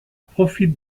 profite